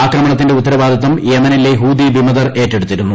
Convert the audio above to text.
ആക്രമണത്തിന്റെ ഉത്തരവാദിത്തം യെമനിലെ ഹൂദി വിമതർ ഏറ്റെടുത്തിരുന്നു